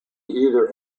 either